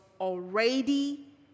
already